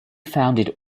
founded